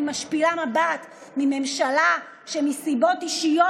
אני משפילה מבט בגלל ממשלה שמסיבות אישיות